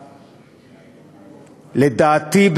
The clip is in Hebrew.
לדעתי,